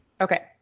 Okay